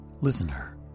Listener